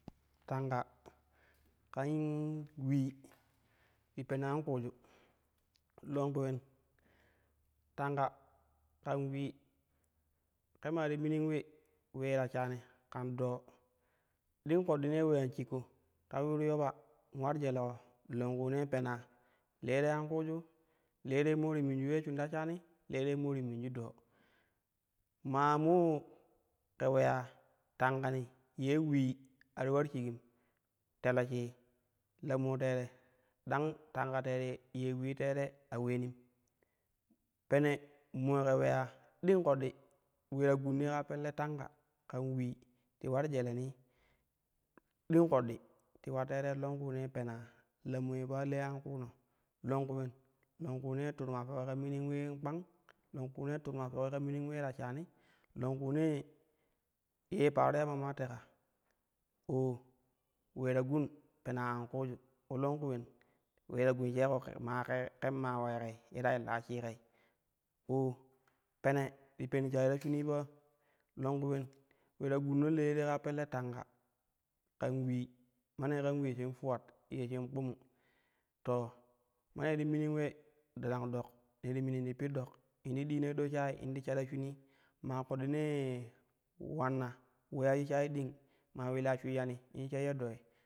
Tanka kan ulil ti pen am ƙuuju, longku ulen, tanka kan ulot ƙe maa ti minin ule ulee ta shaani ƙan ɗoo, ding ƙoddinee uleyan shikko ta yuru yoba in ular jeleko, longkuunee pena le te ankuuju le te mo ti minju ulee shin ta shani le te mo ti minju ɗoo. Maa moo ke uleye tankani ye ulil a ti ular shigim telo shie lanoo tere ɗang tanka tere ye ulil teere a uleenim. Pene mo ke uleya ding koɗiɗi ule ta gunni ƙaa pelle tanka ƙan lil ti ular jelenii ɗing ƙoɗɗi ti ulari terei longkuunee pena lamoo ye pa le ankuuno longku ulen, longƙuunee turmaa foki ƙa min uleen ƙpang longkuunee foki ƙaa ulee ta shaani, longƙuunee ye paree ma maa teka oo ule ta gun pena an ƙuuju ulo longƙu ulen ule ta gun sheko ke maa kee, ke maa uleekei ye ta illai shikai co pene ti pen shayi ta shinii pa longku ulen, ule ta gunno le te ƙaa tanka kam ulii, ma nee ƙan ulee shi fuwat ye shin kpumu to ma nee ti mimin ule ɗarang ɗok ne ti minim pi dole tn ti dina ti do shayi in ti sha ta shinii maa ƙoɗɗinee ulanna uleya shik shayi ɗing maa ulilla shuiyani in sheyyo ɗooi.